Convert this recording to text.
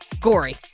Gory